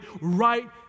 right